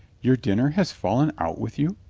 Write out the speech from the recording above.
your dinner has fallen out with you?